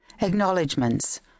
Acknowledgements